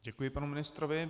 Děkuji panu ministrovi.